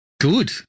Good